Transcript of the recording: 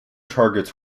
targets